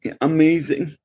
amazing